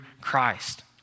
Christ